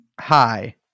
Hi